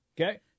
Okay